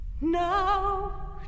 Now